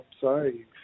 sorry